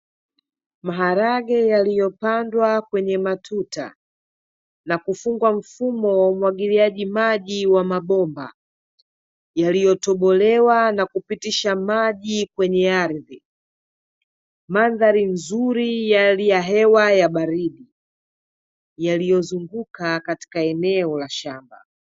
Maharage yaliyopandwa kwenye matuta na kufungwa mfumo wa umwagiliaji maji wa mabomba yaliyotobolewa na kupitisha maji kwenye ardhi, mandhari nzuri ya hali ya hewa ya baridi yaliyozunguka katika eneo la shamba.